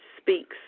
speaks